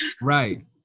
Right